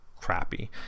crappy